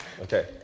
Okay